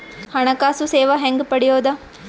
ಹಣಕಾಸು ಸೇವಾ ಹೆಂಗ ಪಡಿಯೊದ?